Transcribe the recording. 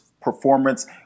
performance